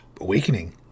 awakening